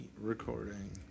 recording